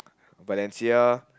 Bethensia